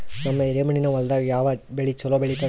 ನಮ್ಮ ಎರೆಮಣ್ಣಿನ ಹೊಲದಾಗ ಯಾವ ಬೆಳಿ ಚಲೋ ಬೆಳಿತದ?